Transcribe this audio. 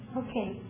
okay